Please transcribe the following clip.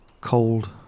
cold